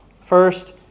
First